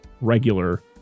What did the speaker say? regular